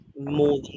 more